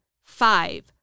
Five